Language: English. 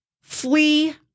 flee